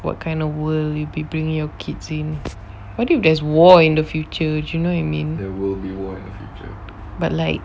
what kind of world you will be bring your kids in what if there's war in the future do you know what I mean but like